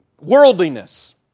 worldliness